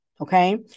okay